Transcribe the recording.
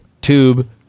tube